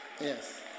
Yes